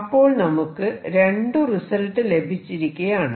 അപ്പോൾ നമുക്ക് രണ്ടു റിസൾട്ട് ലഭിച്ചിരിക്കയാണ്